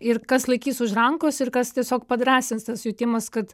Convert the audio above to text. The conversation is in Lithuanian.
ir kas laikys už rankos ir kas tiesiog padrąsins tas jutimas kad